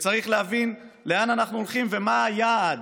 וצריך להבין לאן הולכים ומה היעד.